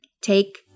take